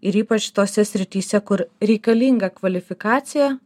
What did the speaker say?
ir ypač tose srityse kur reikalinga kvalifikacija